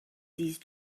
these